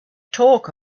talk